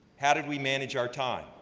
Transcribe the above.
how did we manage our time,